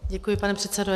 Děkuji, pane předsedo.